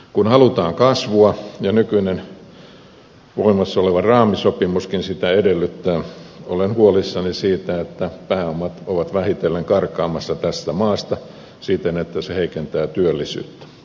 kun halutaan kasvua ja nykyinen voimassa oleva raamisopimuskin sitä edellyttää olen huolissani siitä että pääomat ovat vähitellen karkaamassa tästä maasta siten että se heikentää työllisyyttä